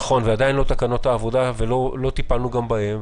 נכון, עדיין לא תקנות העבודה ולא טיפלנו גם בהן.